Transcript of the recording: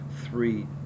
three